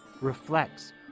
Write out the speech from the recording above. reflects